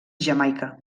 jamaica